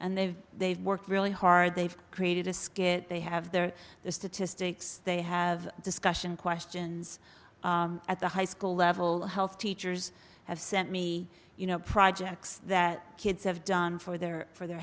and they've they've worked really hard they've created a skit they have their statistics they have discussion questions at the high school level health teachers have sent me you know projects that kids have done for their for their